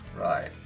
Right